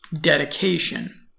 dedication